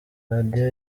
radiyo